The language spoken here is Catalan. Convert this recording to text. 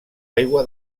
aigua